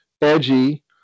edgy